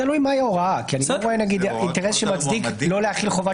הערה שנייה לגבי ההגדרות אני אשמח להבין יותר טוב למה